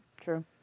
true